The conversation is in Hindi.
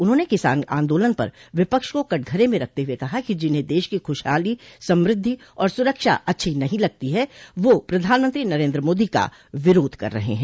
उन्होंने किसान आंदोलन पर विपक्ष को कटघरे में रखते हुए कहा कि जिन्हें देश की खुशहाली समृद्वी और सुरक्षा अच्छी नहीं लगती वह प्रधानमंत्री नरेन्द्र मोदी का विरोध कर रहे हैं